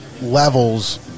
levels